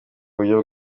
buryo